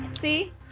See